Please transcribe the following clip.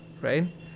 right